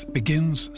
begins